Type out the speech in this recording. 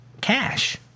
cash